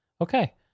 Okay